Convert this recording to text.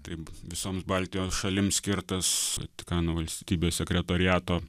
tai visoms baltijos šalims skirtas vatikano valstybės sekretoriato